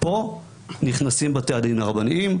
פה נכנסים בתי הדין הרבניים,